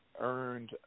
earned